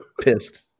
pissed